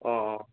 অ' অ'